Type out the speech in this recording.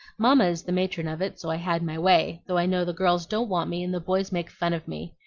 mamma is the matron of it so i had my way, though i know the girls don't want me, and the boys make fun of me.